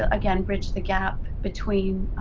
ah again, bridge the gap between